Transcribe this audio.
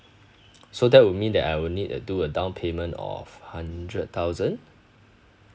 so that would mean that I will need a do a down payment of hundred thousand